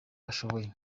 ashoboye